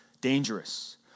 dangerous